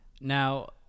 Now